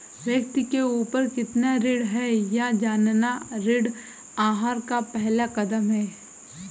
व्यक्ति के ऊपर कितना ऋण है यह जानना ऋण आहार का पहला कदम है